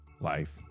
life